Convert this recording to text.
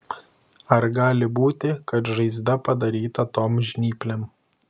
ar gali būti kad žaizda padaryta tom žnyplėm